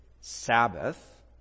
Sabbath